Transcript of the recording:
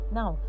now